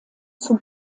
zum